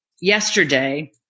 yesterday